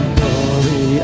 Glory